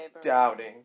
doubting